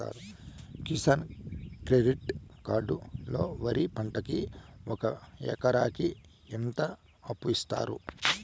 Kisan credit card లో వరి పంటకి ఒక ఎకరాకి ఎంత అప్పు ఇస్తారు?